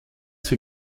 zur